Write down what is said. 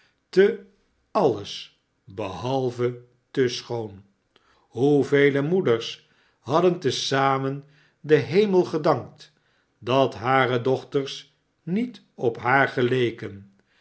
te alles behalve te schoon hoevele moeders hadden te zamen den hemel gedankt dat hare dochters niet op haar geleken